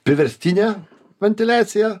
priverstinę ventiliaciją